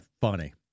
funny